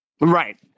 Right